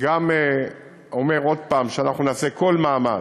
גם אומר עוד פעם שאנחנו נעשה כל מאמץ,